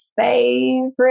favorite